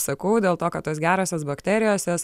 sakau dėl to kad tos gerosios bakterijos jos